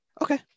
Okay